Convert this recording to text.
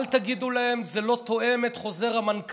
אל תגידו להם: זה לא תואם את חוזר המנכ"ל,